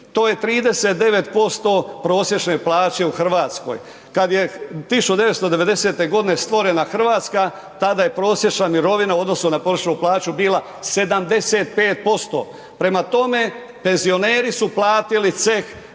to je 39% prosječne plaće u RH. Kad je 1990.g. stvorena RH, tada je prosječna mirovina u odnosu na prosječnu plaću bila 75%, prema tome penzioneri su platili ceh